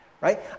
right